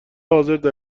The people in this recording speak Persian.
حاضردر